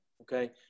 okay